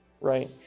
right